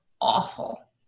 awful